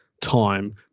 time